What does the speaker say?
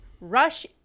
rush